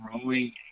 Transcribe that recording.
growing